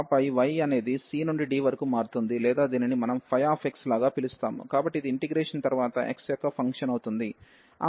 ఆపై y అనేది c నుండి d వరకు మారుతుంది లేదా దీనిని మనం Φ లాగా పిలుస్తాము కాబట్టి ఇది ఇంటిగ్రేషన్ తర్వాత x యొక్క ఫంక్షన్ అవుతుంది